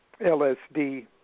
LSD